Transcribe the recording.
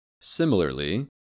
Similarly